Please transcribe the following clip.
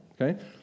okay